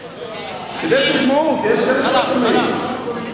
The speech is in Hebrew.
כדי שישמעו, כי יש כאלה שלא שומעים.